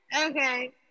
Okay